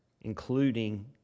including